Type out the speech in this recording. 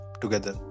together